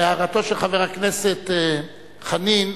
להערתו של חבר הכנסת חנין,